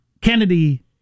Kennedy